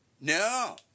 No